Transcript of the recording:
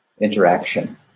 interaction